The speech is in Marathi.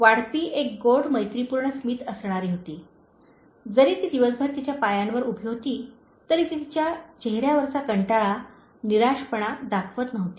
वाढपी एक गोड मैत्रीपूर्ण स्मित असणारी होती जरी ती दिवसभर तिच्या पायांवर उभी होती तरी ती तिच्या चेहऱ्यावरचा कंटाळा निराशपणा दाखवत नव्हती